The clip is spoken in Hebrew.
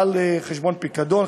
בעל חשבון פיקדון,